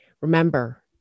Remember